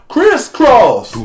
Crisscross